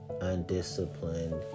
undisciplined